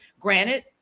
Granted